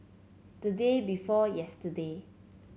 the day before yesterday